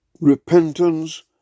Repentance